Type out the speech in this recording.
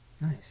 Nice